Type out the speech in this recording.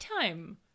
time